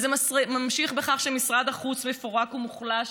וזה ממשיך בכך שמשרד החוץ מפורק ומוחלש